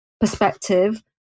perspective